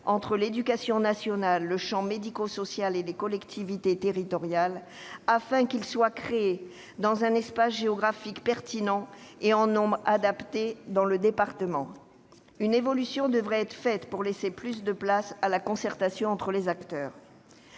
entre l'éducation nationale, le champ médico-social et les collectivités territoriales, afin de s'insérer dans un espace géographique pertinent et en nombre adapté dans le département. Il faut laisser plus de place à la concertation entre les acteurs.